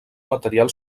material